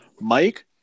Mike